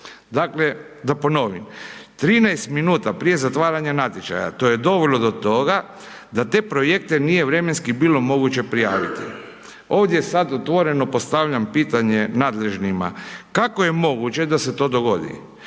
Dakle, da ponovim, 13 minuta prije zatvaranja natječaja, to je dovelo do toga da te projekte nije vremenski bilo moguće prijaviti. Ovdje ja sad otvoreno postavljam pitanje nadležnima. Kako je moguće da se to dogodi?